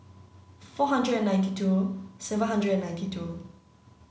four hundred ninety two seven hundred ninety two